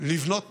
לבנות